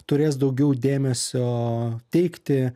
turės daugiau dėmesio teikti